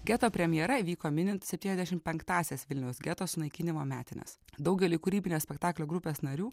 geto premjera vyko minint septyniasdešimt penktąsias vilniaus geto sunaikinimo metines daugeliui kūrybinės spektaklio grupės narių